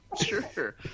Sure